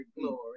glory